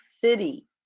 city